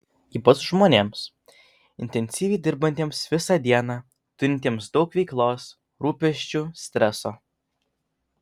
ypač žmonėms intensyviai dirbantiems visą dieną turintiems daug veiklos rūpesčių streso